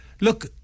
Look